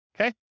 okay